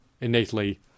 innately